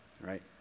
right